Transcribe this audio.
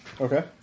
Okay